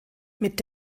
mit